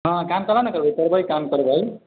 हँ काम काहे लए नहि करबै करबै काम करबै